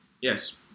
yes